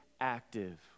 active